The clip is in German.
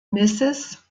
mrs